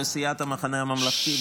בסיעת המחנה הממלכתי,